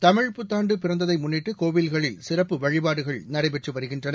தமிழ் புத்தாண்டு பிறந்ததை முன்னிட்டு கோயில்களில் சிறப்பு வழிபாடுகள் நடைபெற்று வருகின்றன